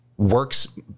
works